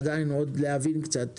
אני עדיין רוצה להבין קצת.